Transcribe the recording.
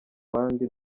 bandi